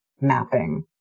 mapping